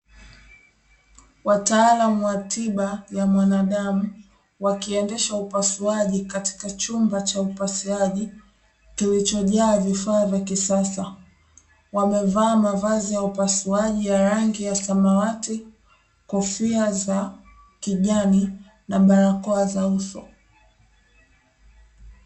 Wataalamu wa tiba ya mwanadamu wakiendesha upasuaji katika chumba cha upasuaji kilichojaa vifaa vya kisasa, wamevaa mavazi ya upasuaji ya rangi ya samawati, kofia za kijani na barakoa za uso.